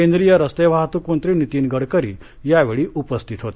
केंद्रीय रस्ते वाहतूक मंत्री नितीन गडकरी यावेळी उपस्थित होते